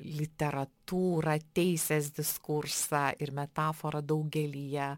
literatūrą teisės diskursą ir metaforą daugelyje